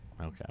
Okay